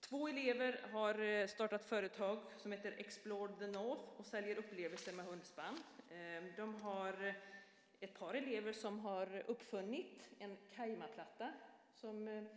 Två elever har startat ett företag, Explore the North, och säljer upplevelser med hundspann. Det finns ett par elever som har uppfunnit en kajmaplatta - som